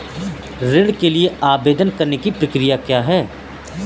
ऋण के लिए आवेदन करने की प्रक्रिया क्या है?